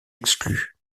exclue